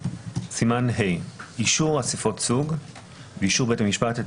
סימן ה': אישור אסיפות סוג ואישור בית המשפט את